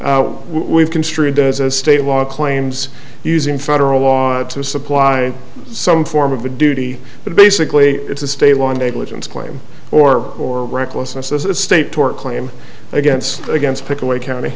we've construed as a state law claims using federal law to supply some form of a duty but basically it's a state law and a legend claim or or recklessness as a state tort claim against against pickaway county